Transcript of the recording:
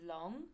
long